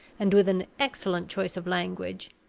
and with an excellent choice of language,